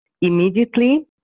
immediately